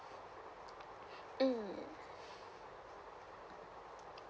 mm